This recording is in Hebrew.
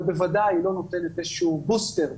אבל בוודאי היא לא נותנת איזה שהוא בוסטר,